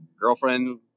girlfriend